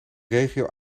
regio